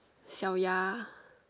小鸭